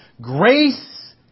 grace